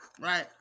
right